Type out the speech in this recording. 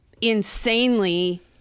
insanely